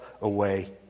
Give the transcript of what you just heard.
away